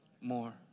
more